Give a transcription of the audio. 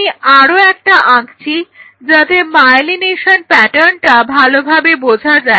আমি আরও একটা আঁকছি যাতে মায়েলিনেশন প্যাটার্নটা ভালোভাবে বোঝা যাবে